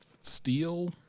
steel